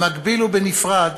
במקביל ובנפרד